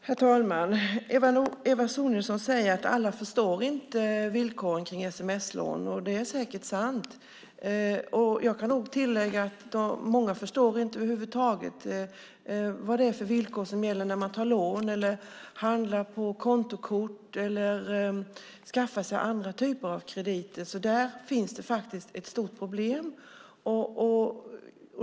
Herr talman! Eva Sonidsson säger att alla inte förstår villkoren för sms-lån, och det är säkert sant. Jag kan tillägga att många inte förstår över huvud taget vad det är för villkor som gäller när man tar lån, handlar med kontokort eller skaffar sig andra typer av krediter. Där finns det faktiskt ett stort problem.